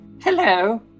hello